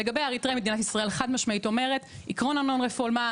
שלגבי האריתראים המדיניות חד משמעית אומרת עקרון ה-non-refoulement,